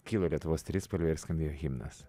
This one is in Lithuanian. kilo lietuvos trispalvė ir skambėjo himnas